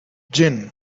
gin